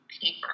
paper